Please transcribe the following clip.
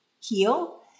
heal